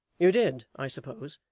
you did, i suppose,